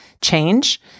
change